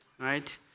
right